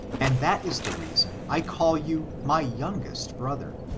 and that is the reason i call you my youngest brother.